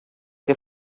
que